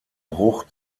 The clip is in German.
bruch